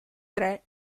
tre